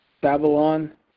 Babylon